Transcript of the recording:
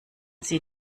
sie